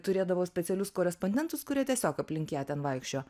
turėdavo specialius korespondentus kurie tiesiog aplink ją ten vaikščiojo